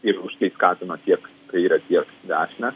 ir už tai skatina tiek kairę tiek dešinę